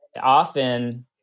often